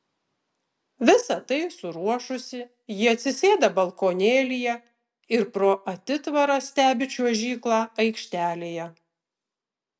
visa tai suruošusi ji atsisėda balkonėlyje ir pro atitvarą stebi čiuožyklą aikštelėje